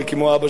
וכמו אבא,